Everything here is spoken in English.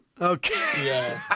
Okay